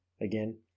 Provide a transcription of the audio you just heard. Again